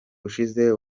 ushize